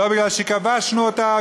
לא בגלל שכבשנו אותה.